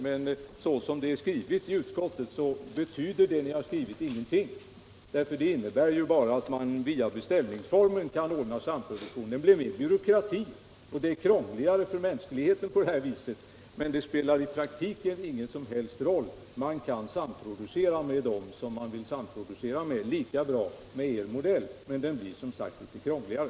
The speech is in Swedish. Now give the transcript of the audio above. Det ni har skrivit i utskottsbetänkandet betyder ingenting; det innebär bara att man via beställningsformen kan ordna samproduktion. Det blir mer byråkrati och det blir krångligt för mänskligheten på det här viset, men det spelar i praktiken ingen som helst roll. Man kan samproducera med dem som man vill samproducera med lika bra med er modell —- men den blir, som sagt, litet krångligare.